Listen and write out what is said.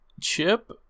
Chip